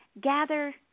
gather